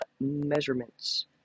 measurements